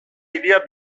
hiria